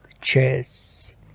chess